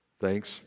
Thanks